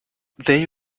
they